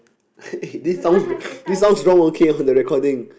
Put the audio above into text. eh this sounds this sound wrong okay on the recording